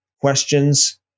questions